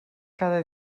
cada